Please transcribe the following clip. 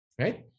Right